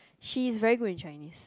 she is very good in Chinese